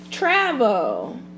travel